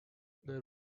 there